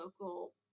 local